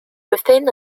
within